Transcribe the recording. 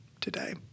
today